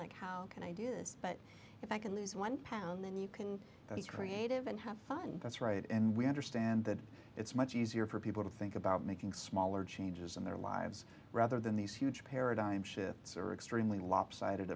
like how can i do this but if i can lose one pound then you can that is creative and have fun that's right and we understand that it's much easier for people to think about making smaller changes in their lives rather than these huge paradigm shifts are extremely lopsided